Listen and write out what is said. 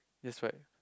this right